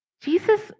Jesus